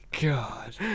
god